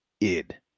id